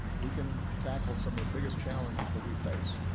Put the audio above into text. we can tackle some of the biggest challenges that we face.